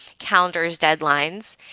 calendars deadlines,